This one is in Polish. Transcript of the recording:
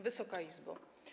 Wysoka Izbo!